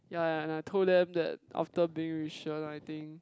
ya ya and I told them that after being with Shen I think